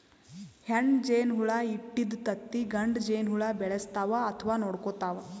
ಹೆಣ್ಣ್ ಜೇನಹುಳ ಇಟ್ಟಿದ್ದ್ ತತ್ತಿ ಗಂಡ ಜೇನಹುಳ ಬೆಳೆಸ್ತಾವ್ ಅಥವಾ ನೋಡ್ಕೊತಾವ್